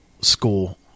school